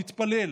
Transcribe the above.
להתפלל,